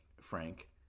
Frank